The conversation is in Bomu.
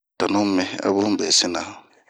Tanuh yi mii a bun besina.